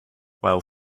while